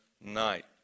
night